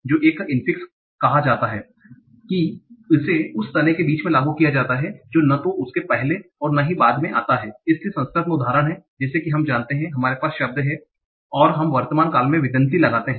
तो एक infix कहा जाता है कि इसे उस तने के बीच में लागू किया जाता है जो ना तो उससे पहले या बाद में नहीं आता हैं इसलिए संस्कृत में उदाहरण है जैसा कि हम जानते हैं कि शब्द हमारे पास है और हम वर्तमान काल में विंदति लगाते हैं